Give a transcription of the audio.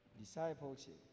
Discipleship